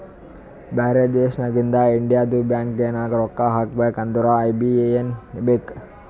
ಬ್ಯಾರೆ ದೇಶನಾಗಿಂದ್ ಇಂಡಿಯದು ಬ್ಯಾಂಕ್ ನಾಗ್ ರೊಕ್ಕಾ ಹಾಕಬೇಕ್ ಅಂದುರ್ ಐ.ಬಿ.ಎ.ಎನ್ ಬೇಕ್